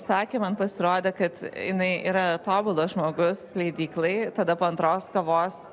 sakė man pasirodė kad jinai yra tobulas žmogus leidyklai tada po antros kavos